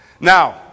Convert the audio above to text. Now